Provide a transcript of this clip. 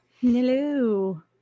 Hello